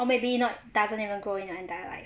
or maybe not doesn't even grow and die right